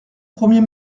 premier